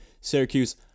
Syracuse